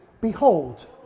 Behold